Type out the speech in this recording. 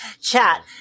chat